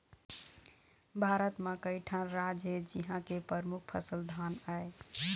भारत म कइठन राज हे जिंहा के परमुख फसल धान आय